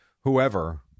whoever